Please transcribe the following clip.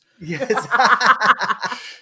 Yes